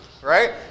right